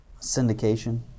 Syndication